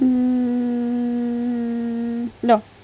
mm no